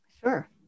Sure